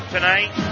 tonight